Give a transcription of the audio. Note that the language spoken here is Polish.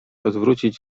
odwrócić